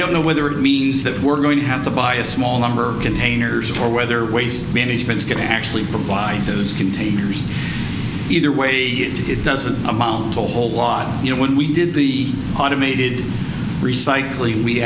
don't know whether it means that we're going to have to buy a small number of containers or whether waste management can actually provide those containers either way it doesn't amount to a whole lot you know when we did the automated recycling we